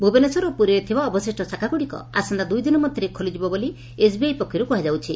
ଭୁବନେଶ୍ୱର ଓ ପୁରୀରେ ଥିବା ଅବଶିଷ୍ ଶାଖାଗୁଡିକ ଆସନ୍ତା ଦୁଇଦିନ ମଧ୍ଧରେ ଖୋଲିଯିବ ବୋଲି ଏସବିଆଇ ପକ୍ଷରୁ କୁହାଯାଉଛି